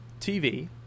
TV